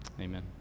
Amen